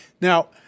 now